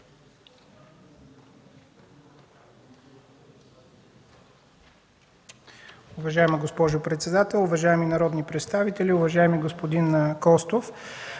Уважаема госпожо председател, уважаеми народни представители, уважаеми господин Костов!